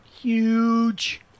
Huge